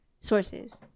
sources